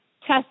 test